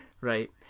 Right